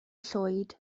llwyd